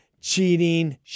cheating